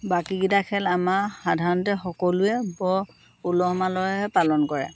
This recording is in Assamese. বাকীকেইটা খেল আমাৰ সাধাৰণতে সকলোৱে বৰ উলহ মালহেৰে পালন কৰে